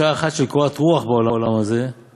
ויפה שעה אחת של קורת רוח בעולם הבא